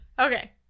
Okay